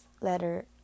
letter